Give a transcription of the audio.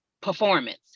performance